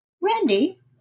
Randy